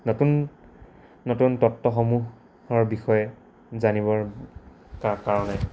নতুন নতুন তত্বসমূহৰ বিষয়ে জানিবৰ কাৰণে